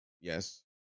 yes